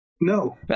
No